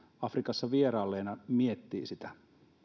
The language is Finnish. afrikassa vierailleena miettii sitä